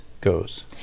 goes